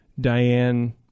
Diane